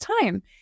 time